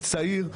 צעיר,